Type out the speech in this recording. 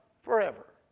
forever